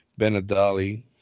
Benadali